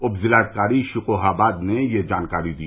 उपजिलाधिकारी शिकोहाबाद ने यह जानकारी दी